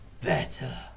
better